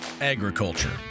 agriculture